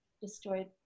destroyed